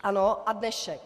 Ano a dnešek.